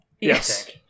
Yes